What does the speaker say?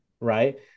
right